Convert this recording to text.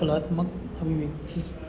કલાત્મક અભિવ્યક્તિ